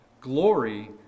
Glory